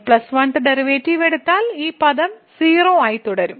n 1th derivative എടുത്താൽ ഈ പദം 0 ആയിത്തീരും